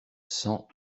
cent